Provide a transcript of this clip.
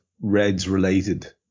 Reds-related